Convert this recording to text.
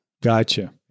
Gotcha